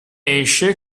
esce